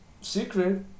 Secret